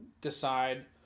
decide